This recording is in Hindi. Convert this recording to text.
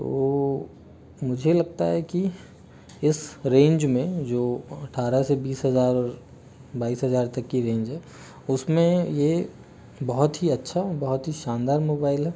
तो मुझे लगता है कि इस रेंज में जो अठारह से बीस हज़ार बाईस हज़ार तक की रेंज है उसमें ये बहुत ही अच्छा बहुत ही शानदार मोबाईल है